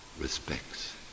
respects